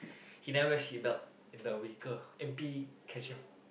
he never seat belt in the vehicle M_P catch him